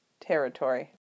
Territory